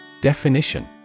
Definition